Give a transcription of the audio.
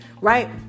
right